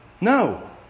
no